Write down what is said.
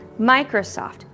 Microsoft